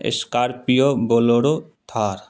scorpio bolero Thar